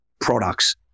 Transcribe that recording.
products